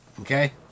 okay